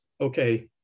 okay